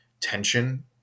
tension